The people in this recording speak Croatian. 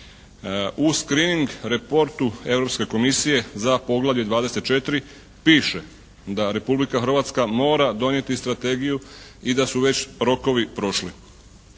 U screening reportu Europske komisije za poglavlje 24. piše da Republika Hrvatska mora donijeti strategiju i da su već rokovi prošli.